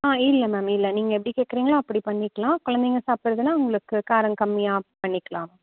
ஆ இல்லை மேம் இல்லை நீங்கள் எப்படி கேட்கறிங்களோ அப்படி பண்ணிக்கலாம் குழந்தைங்க சாப்பிடுறதுன்னா உங்களுக்கு காரம் கம்மியாக பண்ணிக்கலாம்